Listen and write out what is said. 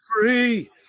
free